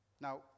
Now